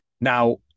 Now